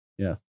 Yes